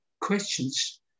questions